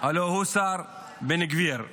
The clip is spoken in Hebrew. הלוא הוא השר בן גביר.